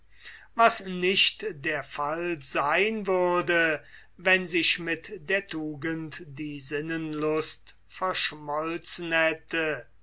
was nicht der fall sein würde wenn sich mit der tugend die sinnenlust verschmolzen hätte